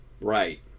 right